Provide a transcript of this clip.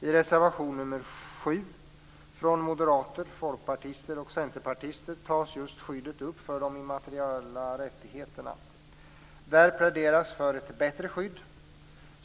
I reservation nr 7 från moderater, folkpartister och centerpartister tas just skyddet upp för de immateriella rättigheterna. Där pläderas för ett bättre skydd.